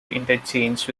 interchange